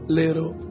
little